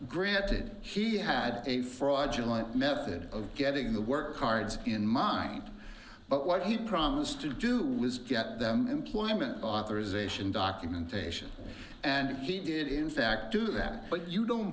granted he had a fraudulent method of getting the work cards in mind but what he promised to do was get them employment authorization documentation and he did in fact do that but you don't